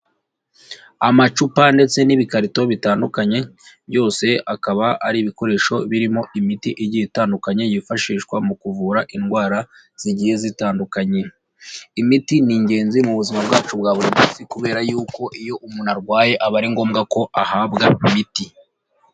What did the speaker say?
Amacupa ndetse n'ibikarito bitandukanye, byose akaba ari ibikoresho birimo imiti igiye itandukanye yifashishwa mu kuvura indwara zigiye zitandukanye, imiti ni ingenzi mu buzima bwacu bwa buri munsi kubera yuko iyo umuntu arwaye aba ari ngombwa ko ahabwa ibiti.